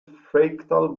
fractal